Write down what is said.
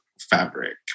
fabric